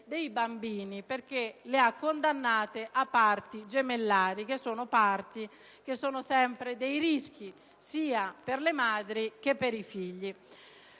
dei bambini, perché le ha condannate a parti gemellari che comportano sempre dei rischi, sia per le madri che per i figli.